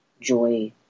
joy